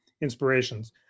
inspirations